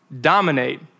dominate